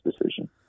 decision